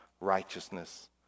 righteousness